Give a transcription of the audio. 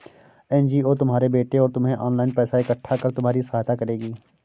NGO तुम्हारे बेटे और तुम्हें ऑनलाइन पैसा इकट्ठा कर तुम्हारी सहायता करेगी